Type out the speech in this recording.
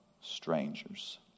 strangers